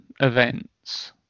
events